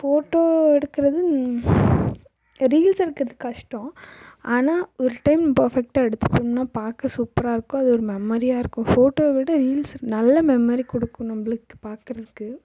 photo எடுக்கிறது reels எடுக்கிறது கஷ்டம் ஆனால் ஒரு டைம் பெர்ஃபெக்டாக எடுத்துட்டோம்னா பார்க்க சூப்பராக இருக்கும் அது ஒரு மெமரியாக இருக்கும் ஃபோட்டோவை விட ரீல்ஸ் நல்ல மெமரி கொடுக்கும் நம்மளுக்கு பார்க்கறதுக்கு